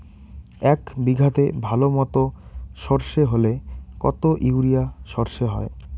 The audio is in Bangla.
এক বিঘাতে ভালো মতো সর্ষে হলে কত ইউরিয়া সর্ষে হয়?